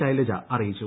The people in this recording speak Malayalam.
ശൈലജ അറിയിച്ചു